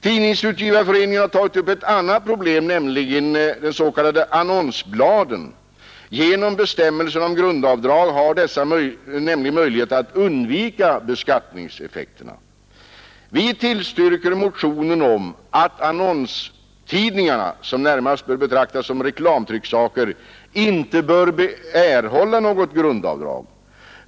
Tidningsutgivareföreningen har tagit upp ett annat problem, nämligen de s.k. annonsbladen. Genom bestämmelserna om grundavdrag har dessa nämligen möjlighet att undvika beskattningseffekterna. Vi tillstyrker motionen om att annonstidningarna, som närmast bör betraktas som reklamtrycksaker, inte bör erhålla något grundavdrag.